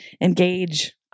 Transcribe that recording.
Engage